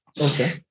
Okay